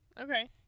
Okay